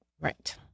Right